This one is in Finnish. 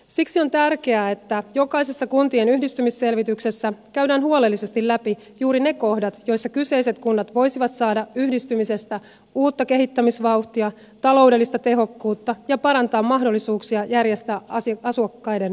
siksi on tärkeää että jokaisessa kuntien yhdistymisselvityksessä käydään huolellisesti läpi juuri ne kohdat joissa kyseiset kunnat voisivat saada yhdistymisestä uutta kehittämisvauhtia taloudellista tehokkuutta ja parantaa mahdollisuuksien järjestää asukkaiden palvelut